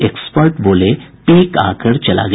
expert बोले peak आकर चला गया